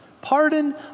Pardon